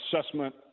assessment